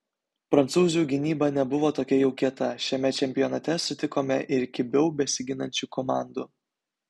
prancūzių gynyba nebuvo tokia jau kieta šiame čempionate sutikome ir kibiau besiginančių komandų